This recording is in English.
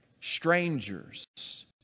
Strangers